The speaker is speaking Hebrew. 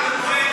הוא אמר,